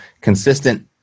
consistent